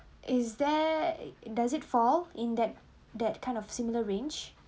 is there does it fall in that that kind of similar range